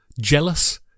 Jealous